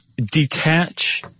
Detach